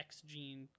X-gene